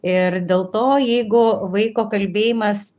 ir dėl to jeigu vaiko kalbėjimas